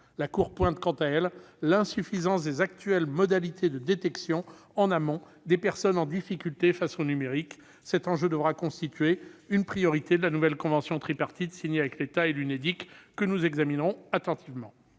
La Cour relève, quant à elle, l'insuffisance des actuelles modalités de détection en amont des personnes en difficulté face au numérique. Cet enjeu devra constituer une priorité de la nouvelle convention tripartie signée avec l'État et l'Unédic que nous examinerons attentivement.